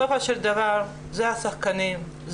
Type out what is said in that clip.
בסופו של דבר זה השחקנים,